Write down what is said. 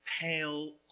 pale